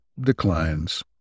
declines